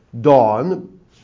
dawn